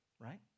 right